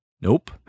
nope